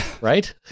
Right